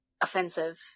offensive